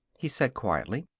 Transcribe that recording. he said quietly,